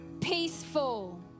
Peaceful